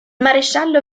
maresciallo